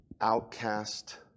outcast